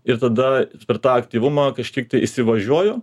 ir tada per tą aktyvumą kažkiek įsivažiuoju